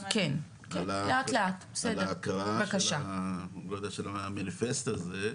על ההקראה של המניפסט הזה.